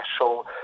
special